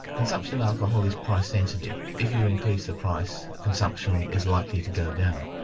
consumption of alcohol is price sensitive. if you increase the price, consumption is likely to go down,